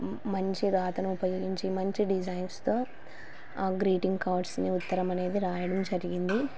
మంచి రాతను ఉపయోగించి మంచి డిజైన్స్తో ఆ గ్రీటింగ్ కార్డ్స్ని ఉత్తరం అనేది రాయడం జరిగింది